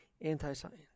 anti-science